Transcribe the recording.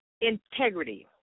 integrity